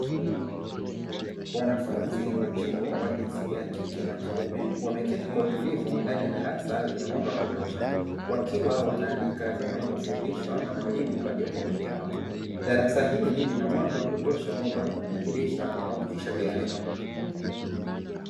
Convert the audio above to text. Wanafunzi wa chuo wa jinsia ya kike na kiume, wameketi kwa utulivu ndani ya darasa lenye mwanga wa kutosha, wakiwa wanaandika vitu wanavyofundishwa na mwalimu aliyepo mbele yao. Darasa hili lina mwanga wa kutosha unaotoka kwenye Madirisha yanayopitisha pia hewa.